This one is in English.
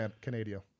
Canadian